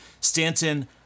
Stanton